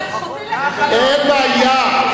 אין בעיה.